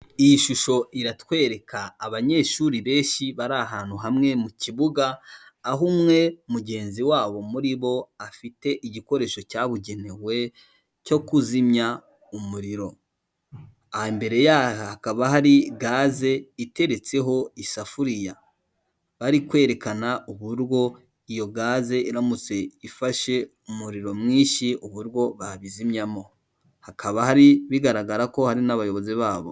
Iyi shusho iratwereka abanyeshuri benshi bari ahantu hamwe mu kibuga aho umwe mugenzi wabo muri bo afite igikoresho cyabugenewe, cyo kuzimya umuriro, imbere yaha hakaba hari gaze iteretseho isafuriya bari kwerekana uburyo iyo gaze iramutse ifashe umuriro mwinshi uburyo babizimyamo, hakaba hari bigaragara ko hari n'abayobozi babo.